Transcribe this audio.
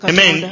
Amen